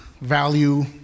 value